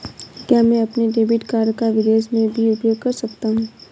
क्या मैं अपने डेबिट कार्ड को विदेश में भी उपयोग कर सकता हूं?